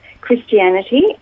Christianity